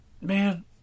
man